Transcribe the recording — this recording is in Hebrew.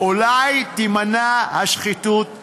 אולי תימנע השחיתות הבאה.